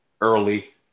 Early